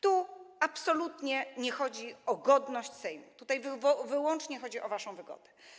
Tu absolutnie nie chodzi o godność Sejmu, tutaj wyłącznie chodzi o waszą wygodę.